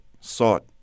sought